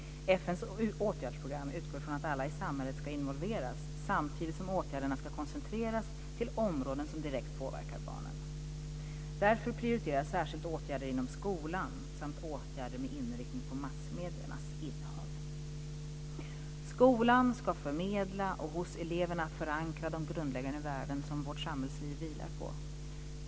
FN:s åtgärdsprogram utgår ifrån att alla i samhället ska involveras samtidigt som åtgärderna ska koncentreras till områden som direkt påverkar barnen. Därför prioriteras särskilt åtgärder inom skolan samt åtgärder med inriktning på massmediernas innehåll. Skolan ska förmedla och hos eleverna förankra de grundläggande värden som vårt samhällsliv vilar på.